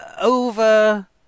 over